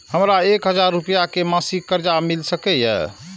हमरा एक हजार रुपया के मासिक कर्जा मिल सकैये?